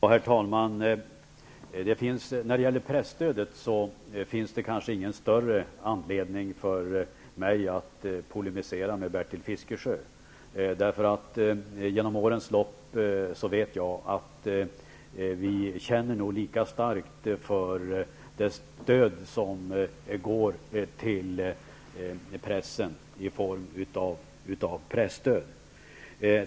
Herr talman! Det finns kanske ingen större anledning för mig att polemisera med Bertil Fiskesjö när det gäller presstödet. Jag vet att vi genom årens lopp har känt lika starkt för det stöd som går till pressen i form av presstöd.